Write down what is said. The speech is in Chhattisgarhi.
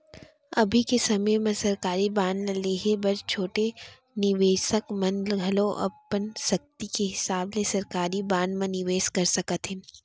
अभी के समे म सरकारी बांड ल लेहे बर छोटे निवेसक मन घलौ अपन सक्ति के हिसाब ले सरकारी बांड म निवेस कर सकत हें